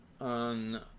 on